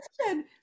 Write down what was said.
question